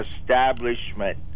establishment